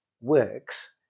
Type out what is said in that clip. works